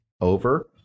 over